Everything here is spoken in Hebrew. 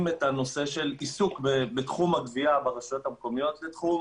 את הנושא של עיסוק בתחום הגבייה ברשויות המקומיות לתחום